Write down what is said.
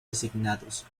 designados